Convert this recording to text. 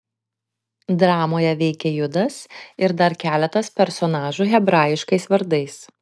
dramoje veikia judas ir dar keletas personažų hebraiškais vardais